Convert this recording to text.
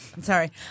sorry